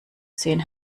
zehn